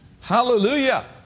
Hallelujah